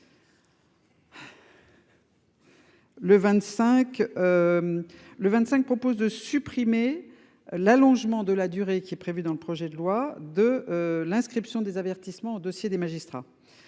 Le 25 propose de supprimer l'allongement de la durée qui est prévu dans le projet de loi de l'inscription des avertissements dossier des magistrats.